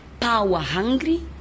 power-hungry